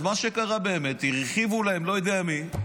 אז מה שקרה, באמת, הרחיבו להם, לא יודע מי,